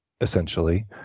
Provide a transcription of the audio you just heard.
essentially